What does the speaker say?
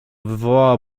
wywołała